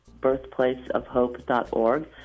birthplaceofhope.org